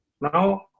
now